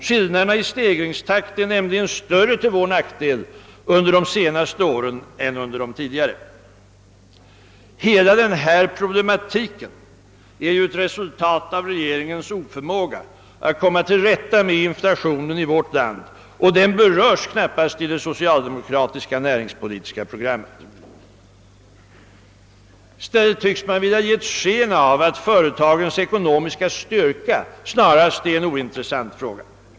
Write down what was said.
Skillnaderna i stegringstakt är nämligen större till vår nackdel under de senaste åren än under de tidigare. Hela denna problematik är ett resultat av regeringens oförmåga att komma till rätta med inflationen i vårt land; denna berörs knappast i det socialdemokratiska näringspolitiska programmet. I stället tycks man vilja ge ett sken av att företagens ekonomiska styrka snarast är en ointressant fråga.